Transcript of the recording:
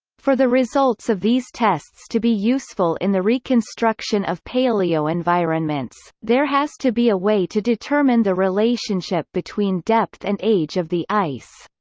for the results of these tests to be useful in the reconstruction of palaeoenvironments, there has to be a way to determine the relationship between depth and age of the ice.